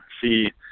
see